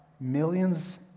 Millions